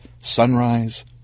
sunrise